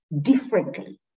differently